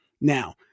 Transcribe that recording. Now